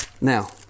Now